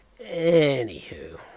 Anywho